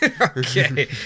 Okay